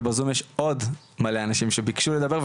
ובזום יש עוד מלא אנשים שביקשו לדבר,